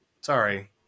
Sorry